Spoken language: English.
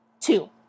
two